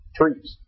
trees